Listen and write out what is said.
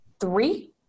three